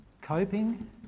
Coping